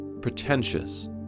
Pretentious